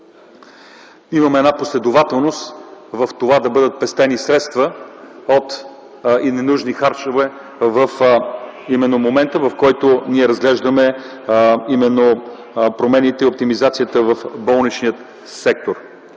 Имаме последователност в това да бъдат пестени средства и ненужни харчове в момента, в който разглеждаме промените и оптимизацията в болничния сектор.